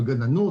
על גננות,